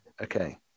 Okay